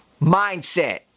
Mindset